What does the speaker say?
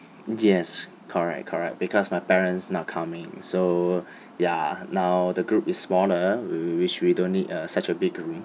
yes correct correct because my parents not coming so ya now the group is smaller whi~ whi~ which we don't need a such a big room